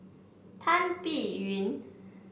Tan Biyun